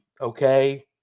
okay